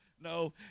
no